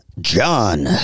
John